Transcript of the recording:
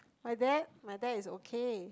my dad my dad is okay